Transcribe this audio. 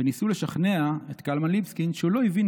וניסו לשכנע" את קלמן ליבסקינד שהוא לא הבין,